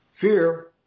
Fear